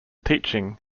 teaching